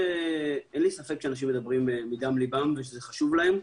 אין לי ספק שאנשים מדברים מדם ליבם וזה חשוב להם.